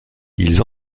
ils